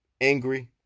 angry